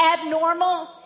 abnormal